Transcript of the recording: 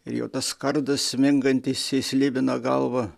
ir jo tas kardas smingantis į slibino galvą